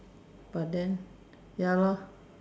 but then ya lor